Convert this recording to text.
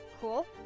Cool